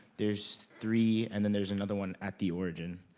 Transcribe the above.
there's three, and then there's another one at the origin.